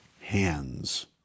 hands